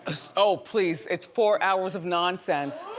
ah so please, it's four hours of nonsense.